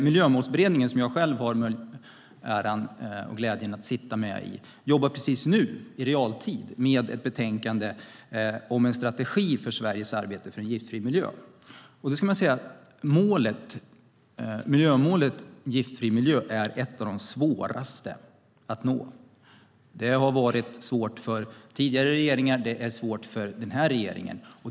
Miljömålsberedningen, som jag själv har glädjen och äran att sitta i, jobbar just nu med ett betänkande om en strategi för Sveriges arbete för en giftfri miljö. Miljömålet en giftfri miljö är ett av de svåraste att nå. Det har varit svårt för tidigare regeringar, och det är svårt för den här regeringen.